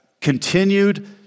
continued